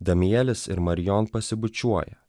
damielis ir marion pasibučiuoja